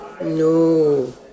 No